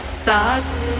starts